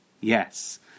yes